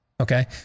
Okay